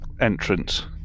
entrance